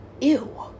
Ew